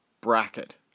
bracket